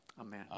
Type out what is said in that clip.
Amen